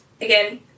again